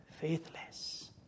faithless